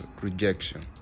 rejection